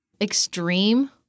extreme